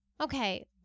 Okay